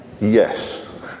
Yes